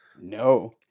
No